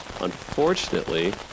Unfortunately